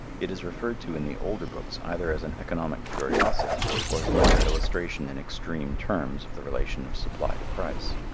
it is referred to in the older books either as an economic curiosity or as a mere illustration in extreme terms of the relation of supply to price.